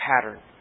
pattern